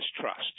trust